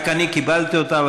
רק אני קיבלתי אותה,